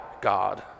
God